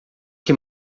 que